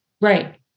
right